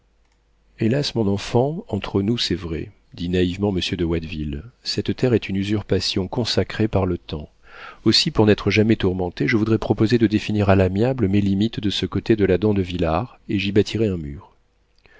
hélas mon enfant entre nous c'est vrai dit naïvement monsieur de watteville cette terre est une usurpation consacrée par le temps aussi pour n'être jamais tourmenté je voudrais proposer de définir à l'amiable mes limites de ce côté de la dent de vilard et j'y bâtirais un mur